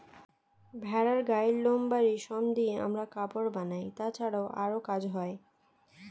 ভেড়ার গায়ের লোম বা রেশম দিয়ে আমরা কাপড় বানাই, তাছাড়াও আরো কাজ হয়